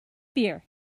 beer